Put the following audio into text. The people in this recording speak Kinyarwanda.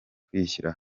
kuyishyira